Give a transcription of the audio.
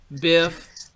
Biff